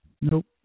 Nope